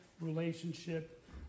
relationship